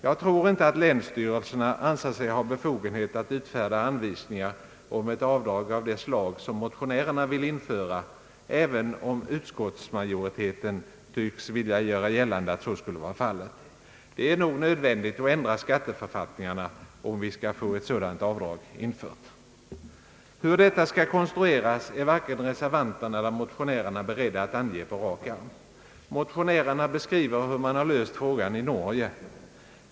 Jag tror inte att länsstyrelserna anser sig ha befogenhet att utfärda anvisningar om ett avdrag av det slag som motionärerna vill införa, även om utskottsmajoriteten tycks vilja göra gällande att så skulle vara fallet. Det är nog nödvändigt att ändra skatteförfattningarna om vi skall få ett sådant avdrag infört. Hur detta avdrag skall konstrueras är varken reservanterna eller motionärerna beredda att ange på rak arm. Motionärerna beskriver hur man löst frågan i Norge.